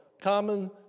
common